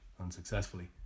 unsuccessfully